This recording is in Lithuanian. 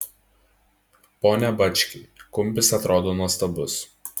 pone bački kumpis atrodo nuostabus